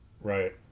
Right